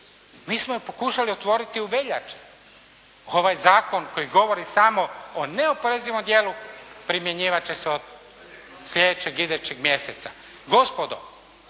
Mi smo pokušali otvoriti u veljači. Ovaj zakon koji govori samo o neoporezivom dijelu primjenjivat će se od slijedećeg idućeg mjeseca. Gospodo,